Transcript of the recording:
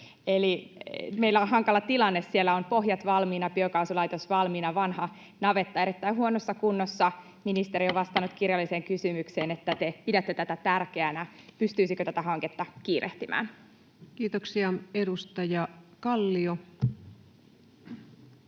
Eli meillä on hankala tilanne: siellä on pohjat valmiina, biokaasulaitos valmiina, mutta vanha navetta erittäin huonossa kunnossa. Ministeri on vastannut kirjalliseen kysymykseen, että te pidätte tätä tärkeänä. Pystyisikö tätä hanketta kiirehtimään? Kiitoksia. — Edustaja Kallio.